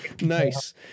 nice